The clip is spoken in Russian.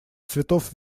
цветов